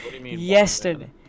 yesterday